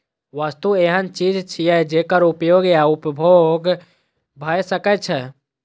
वस्तु एहन चीज छियै, जेकर उपयोग या उपभोग भए सकै छै